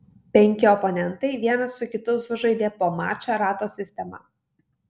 penki oponentai vienas su kitu sužaidė po mačą rato sistema